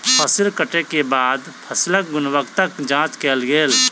फसिल कटै के बाद फसिलक गुणवत्ताक जांच कयल गेल